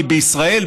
כי בישראל,